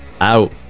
out